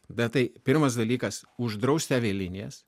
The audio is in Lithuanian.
bet tai pirmas dalykas uždrausti avialinijas